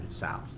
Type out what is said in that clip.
south